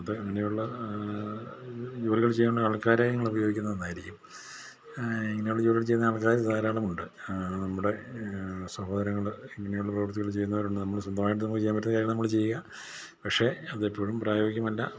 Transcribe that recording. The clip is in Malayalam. അത് ഇങ്ങനെയുള്ള ജോലികൾ ചെയ്യേണ്ട ആൾക്കാരെ ഞങ്ങൾ ഉപയോഗിക്കുന്നത് നന്നായിരിക്കും ഇങ്ങനെയുള്ള ജോലികൾ ചെയ്യുന്ന ആൾക്കാർ ധാരളമുണ്ട് നമ്മുടെ സഹോദരങ്ങൾ ഇങ്ങനെയുള്ള പ്രവൃത്തികൾ ചെയ്യുന്നവരുണ്ട് നമ്മൾ സ്വന്തമായിട്ട് നമുക്ക് ചെയ്യാൻ പറ്റുന്ന കാര്യങ്ങൾ നമ്മൾ ചെയ്യാം പക്ഷെ അത് എപ്പോഴും പ്രായോഗികമല്ല